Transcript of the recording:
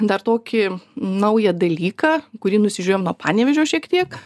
dar tokį naują dalyką kurį nusižiūrėjom nuo panevėžio šiek tiek